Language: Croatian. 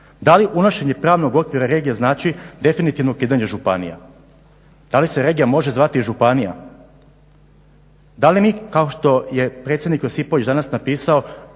Da li unošenje pravnog okvira regije znači definitivno ukidanje županija? Da li se regija može zvati i županija? Da li mi kao što je predsjednik Josipović danas napisao,